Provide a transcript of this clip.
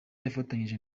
yafatanyije